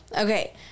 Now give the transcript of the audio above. okay